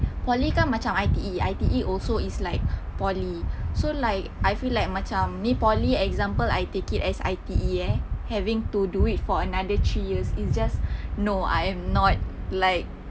poly kan macam I_T_E I_T_E also is like poly so like I feel like macam ni poly example I take it as I_T_E eh having to do it for another three years it's just no I am not like